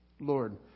Lord